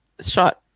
shot